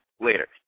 later